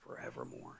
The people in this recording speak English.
forevermore